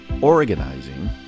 organizing